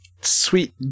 sweet